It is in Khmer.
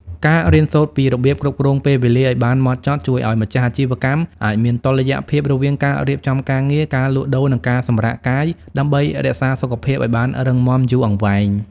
ការរៀនសូត្រពីរបៀបគ្រប់គ្រងពេលវេលាឱ្យបានហ្មត់ចត់ ជួយឱ្យម្ចាស់អាជីវកម្មអាចមានតុល្យភាពរវាងការរៀបចំការងារ ការលក់ដូរ និងការសម្រាកកាយដើម្បីរក្សាសុខភាពឱ្យបានរឹងមាំយូរអង្វែង។